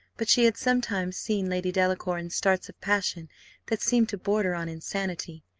but she had sometimes seen lady delacour in starts of passion that seemed to border on insanity,